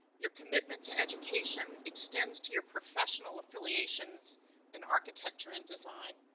your commitment to education extends to your professional affiliations in architecture and design,